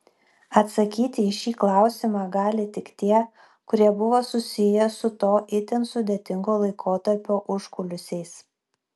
atsakyti į šį klausimą gali tik tie kurie buvo susiję su to itin sudėtingo laikotarpio užkulisiais